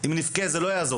אם נבכה זה לא יעזור,